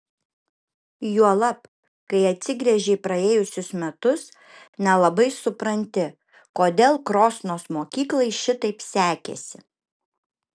juolab kai atsigręži į praėjusius metus nelabai supranti kodėl krosnos mokyklai šitaip sekėsi